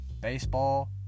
baseball